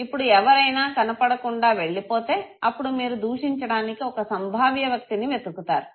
ఇప్పుడు ఎవరైనా కనపడకుండా వెళ్ళిపోతే అప్పుడు మీరు ధుషించడానికి ఒక సంభావ్య వ్యక్తిని వెతుకుతారు